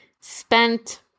spent